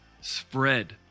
spread